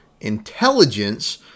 intelligence